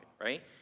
right